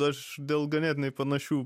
aš dėl ganėtinai panašių